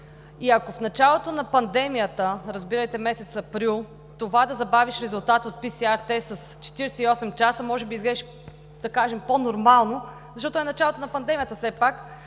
И ако в началото на пандемията – разбирайте месец април, да забавиш резултат от PCR тест с 48 часа може би изглеждаше, да кажем, по нормално, защото е началото на пандемията все пак,